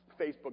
Facebook